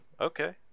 Okay